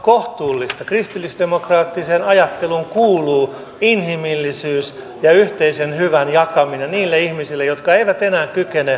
kristillisdemokraattiseen ajatteluun kuuluu inhimillisyys ja yhteisen hyvän jakaminen niille ihmisille jotka eivät enää kykene itseään puolustamaan